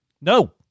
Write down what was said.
No